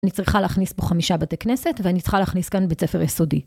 אני צריכה להכניס פה חמישה בתי כנסת, ואני צריכה להכניס כאן בית ספר יסודי.